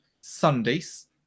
Sundays